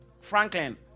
Franklin